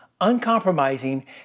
uncompromising